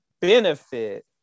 benefit